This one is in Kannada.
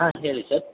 ಹಾಂ ಹೇಳಿ ಸರ್